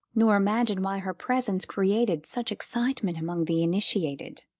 nor imagine why her presence created such excitement among the initiated.